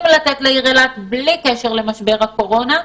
לתת לעיר אילת בלי קשר למשבר הקורונה,